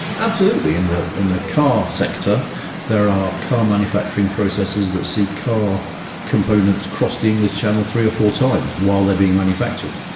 absolutely. in the in the car sector there are car manufacturing processes that see car components cross the english channel three or four times while they are being manufactured.